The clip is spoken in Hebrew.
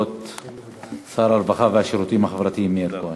שר הרווחה והשירותים החברתיים מאיר כהן,